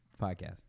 podcast